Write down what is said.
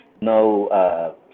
no –